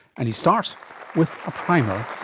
and he starts with a primer